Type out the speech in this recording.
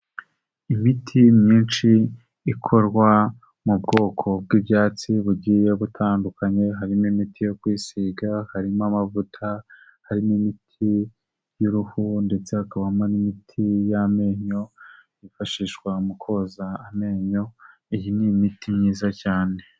Imiti myinshi ikorwa mu bwoko bw'ibyatsi bugiye butandukanye, harimo imiti yo kwisiga, harimo amavuta, hari nimiti y'uruhu ndetse hakabamo n'imiti y'amenyo yifashishwa mu koza amenyo, iyi ni imiti myiza cyane.